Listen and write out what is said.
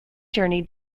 journey